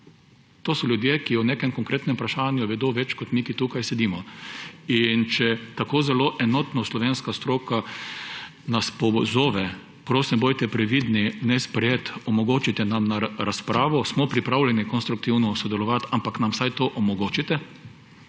To so ljudje, ki o nekem konkretnem vprašanju vedo več kot mi, ki tukaj sedimo. In če tako zelo enotno slovenska stroka nas pozove; prosim, bodite previdni, ne sprejeti, omogočite nam razpravo, smo pripravljeni konstruktivno sodelovati, ampak nam vsaj to omogočite,